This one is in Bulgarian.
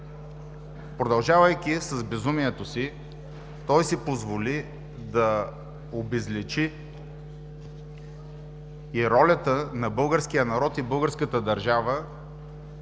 Продължавайки с безумието си, той си позволи да обезличи и ролята на българския народ и българската държава